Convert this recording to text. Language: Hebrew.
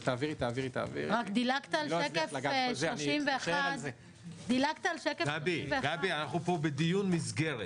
דילגת על שקף 31. גבי, אנחנו בדיון מסגרת.